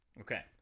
Okay